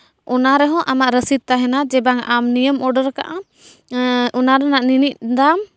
ᱚᱱᱟ ᱨᱮ ᱦᱚᱸ ᱟᱢᱟᱜ ᱨᱚᱥᱤᱫ ᱛᱟᱦᱮᱱᱟ ᱡᱮ ᱵᱟᱝ ᱟᱢ ᱱᱤᱭᱟᱹᱢ ᱚᱰᱟᱨ ᱟᱠᱟᱫᱼᱟ ᱚᱱᱟ ᱨᱮᱱᱟᱜ ᱱᱤᱱᱟᱹᱜ ᱫᱟᱢ